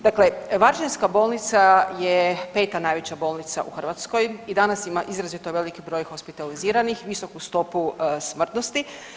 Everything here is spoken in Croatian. Dakle, varaždinska bolnica je 5. najveća bolnica u Hrvatskoj i danas ima izrazito veliki broj hospitaliziranih, visoku stopu smrtnosti.